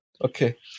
okay